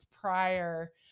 prior